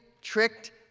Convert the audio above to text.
tricked